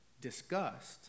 disgust